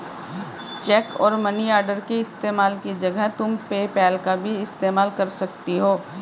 check और money order के इस्तेमाल की जगह तुम पेपैल का इस्तेमाल भी कर सकती हो